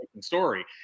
story